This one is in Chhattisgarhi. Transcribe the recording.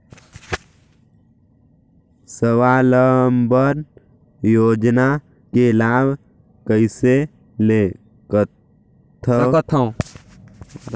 स्वावलंबन योजना के लाभ कइसे ले सकथव?